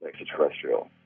extraterrestrial